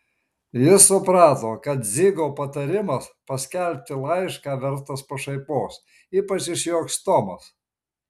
jis suprato kad dzigo patarimas paskelbti laišką vertas pašaipos ypač išjuoks tomas